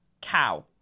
cow